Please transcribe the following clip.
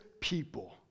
people